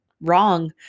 wrong